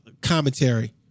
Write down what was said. commentary